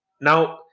now